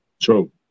True